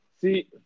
See